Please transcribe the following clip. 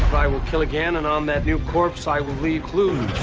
i will kill again and on that new corpse i will leave clues